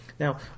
Now